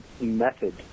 method